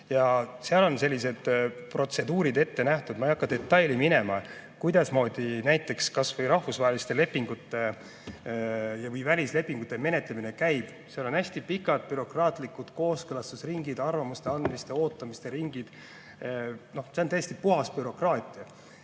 Ja seal on sellised protseduurid ette nähtud – ma ei hakka detailidesse minema –, kuidasmoodi näiteks rahvusvaheliste lepingute ja välislepingute menetlemine käib. Seal on hästi pikad bürokraatlikud kooskõlastusringid ja arvamuste andmise ootamiste ringid. See on täiesti puhas bürokraatia.